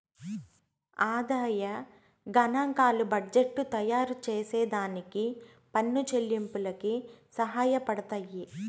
ఆదాయ గనాంకాలు బడ్జెట్టు తయారుచేసే దానికి పన్ను చెల్లింపులకి సహాయపడతయ్యి